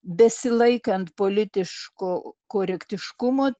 besilaikant politiško korektiškumo